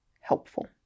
helpful